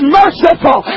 merciful